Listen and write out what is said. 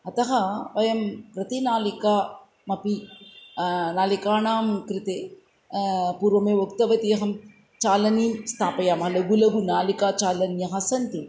अतः वयं रुतिनालिकामपि नलिकानां कृते पूर्वमेव उक्तवती वयं चालनीं स्थापयामः लघु लघु नालिकाचालिन्यः सन्ति